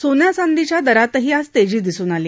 सोन्या चांदीच्या दरातही आज तेजी दिसून आली